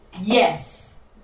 yes